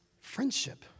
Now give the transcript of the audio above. Friendship